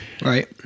Right